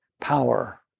power